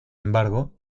embargo